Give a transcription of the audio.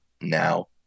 now